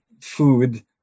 food